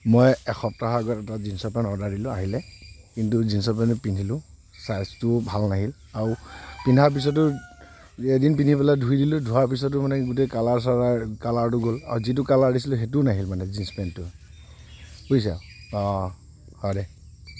মই এসপ্তাহৰ আগতে এটা জিন্চৰ পেণ্ট অৰ্ডাৰ দিলোঁ আহিলে কিন্তু জিন্চৰ পেণ্টটো পিন্ধিলোঁ চাইজটোও ভাল নাহিল আৰু পিন্ধাৰ পিছতো যে এদিন পিন্ধি পেলাই ধুই দিলোঁ ধোৱাৰ পিছতো মানে গোটেই কালাৰ চালাৰ কালাৰটো গ'ল আৰু যিটো কালাৰ দিছিলোঁ সেইটোও নাহিল মানে জিন্চ পেণ্টটোৰ বুজিছ হ'ব দে